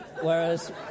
whereas